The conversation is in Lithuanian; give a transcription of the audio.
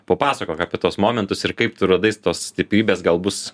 papasakok apie tuos momentus ir kaip tu radai tos stiprybės gal bus